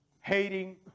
hating